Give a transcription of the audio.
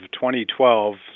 2012